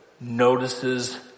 notices